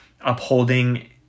upholding